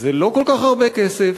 זה לא כל כך הרבה כסף,